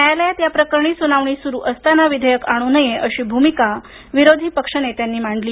न्यायालयात या प्रकरणी सुनावणी सुरू असताना विधेयक आणू नये अशी भूमिका विरोधी पक्ष नेत्यांनी मांडली